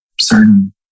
certain